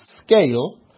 scale